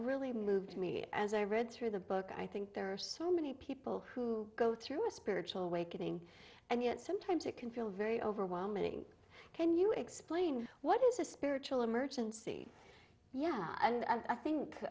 really moved me as i read through the book i think there are so many people who go through a spiritual awakening and yet sometimes it can feel very overwhelming can you explain what is a spiritual emergency yeah and i think